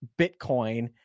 Bitcoin